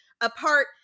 apart